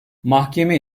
mahkeme